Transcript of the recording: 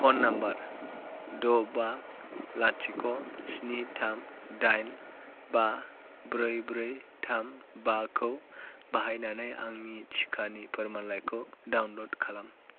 phone number द' बा लाथिख' स्नि थाम दाइन बा ब्रै ब्रै थाम बाखौ बाहायनानै आंनि टिकानि फोरमानलाइखौ डाउनल'ड खालाम